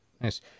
Nice